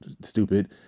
stupid